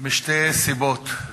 משתי סיבות: